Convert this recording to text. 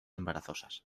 embarazosas